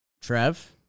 Trev